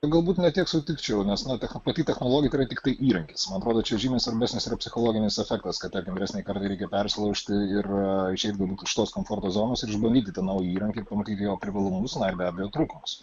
tai galbūt ne tiek sutikčiau nes na pati technologija yra tiktai įrankis man atrodo čia žymiai svarbesnis yra psichologinis efektas kad tarkim vyresnei kartai reikia persilaužti ir išeit iš tos komforto zonos ir išbandyti tą naują įrankį ir pamatyti jo privalumus ir be abejo trūkumus